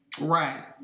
Right